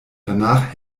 danach